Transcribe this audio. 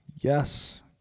Yes